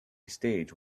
stage